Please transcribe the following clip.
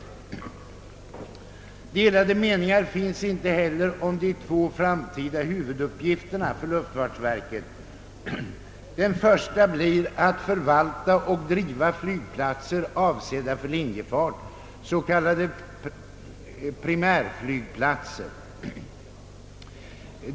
Delade meningar finns inte heller om de två framtida huvuduppgifterna för luftfartsverket. Den första blir att förvalta och driva flygplatser avsedda för linjefart — s.k. primärflygplatser.